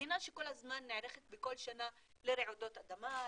מדינה שנערכת כל שנה לרעידת אדמה,